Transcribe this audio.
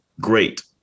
great